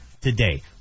today